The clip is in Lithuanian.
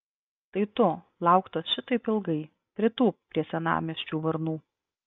tai tu lauktas šitaip ilgai pritūpk prie senamiesčių varnų